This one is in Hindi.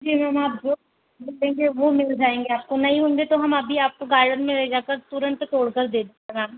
जी मैम आप जो फूल लेंगे वो मिल जाएँगे आपको नहीं होंगे तो हम अभी आपको गार्डन में ले जाकर तुरंत तोड़कर दे देंगे मैम